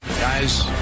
Guys